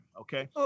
okay